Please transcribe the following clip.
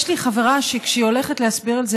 יש לי חברה שכשהיא הולכת להסביר על זה